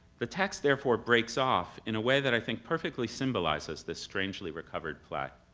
the text therefore breaks off in a way that i think perfectly symbolizes this strangely recovered play.